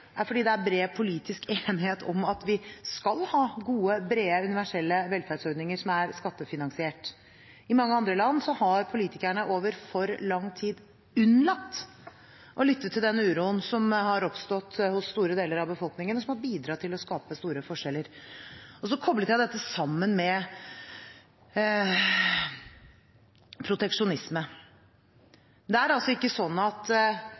er at det er bred politisk enighet om at vi skal ha gode, brede, universelle velferdsordninger som er skattefinansiert. I mange andre land har politikerne over for lang tid unnlatt å lytte til den uroen som har oppstått hos store deler av befolkningen, og som har bidratt til å skape store forskjeller. Så koblet jeg dette sammen med proteksjonisme. Det er ikke sånn at